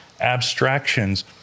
abstractions